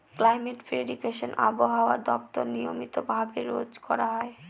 climate prediction আবহাওয়া দপ্তর নিয়মিত ভাবে রোজ করা হয়